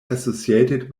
associated